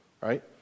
right